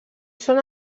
són